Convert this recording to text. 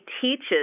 teaches